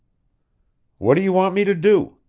what do you want me to do?